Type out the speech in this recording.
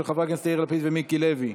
של חברי הכנסת יאיר לפיד ומיקי לוי,